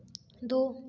दो